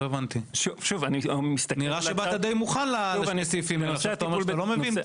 נראה שבאת די מוכן, עכשיו אתה אומר שאתה לא מבין?